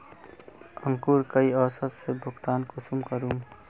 अंकूर कई औसत से भुगतान कुंसम करूम?